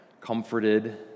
comforted